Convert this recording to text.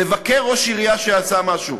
לבקר ראש עירייה שעשה משהו.